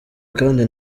kandi